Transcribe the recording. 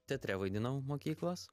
teatre vaidinau mokyklos